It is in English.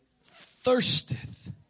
thirsteth